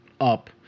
up